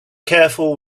careful